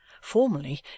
Formerly